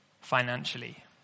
financially